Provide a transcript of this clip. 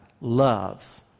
loves